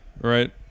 Right